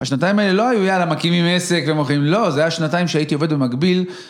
השנתיים האלה לא היו יאללה מקימים עסק ומוכרים, לא, זה היה שנתיים שהייתי עובד במקביל.